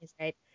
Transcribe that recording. right